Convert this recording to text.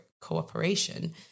cooperation